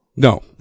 No